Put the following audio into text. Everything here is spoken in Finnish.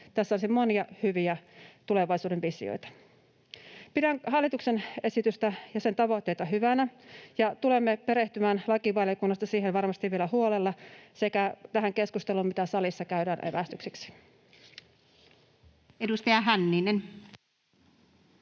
Tässä olisi monia hyviä tulevaisuuden visioita. Pidän hallituksen esitystä ja sen tavoitteita hyvinä, ja tulemme perehtymään lakivaliokunnassa varmasti vielä huolella siihen sekä tähän keskusteluun, mitä salissa käydään evästykseksi. Edustaja Hänninen.